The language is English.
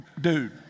dude